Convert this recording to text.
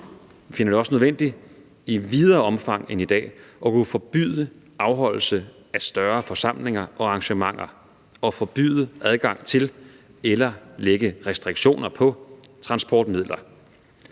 Vi finder det også nødvendigt i videre omfang end i dag at kunne forbyde afholdelse af større forsamlinger og arrangementer og forbyde adgang til eller lægge restriktioner på transportmidler.